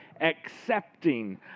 accepting